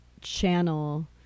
channel